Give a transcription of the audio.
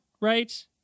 Right